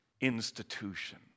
institution